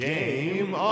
Game